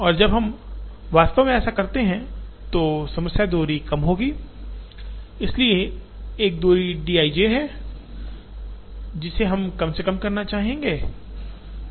और जब हम वास्तव में ऐसा करते हैं तो समस्या दूरी कम होगी इसलिए एक दूरी d i j है जिसे हम कम से कम करना चाहेंगे